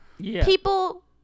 People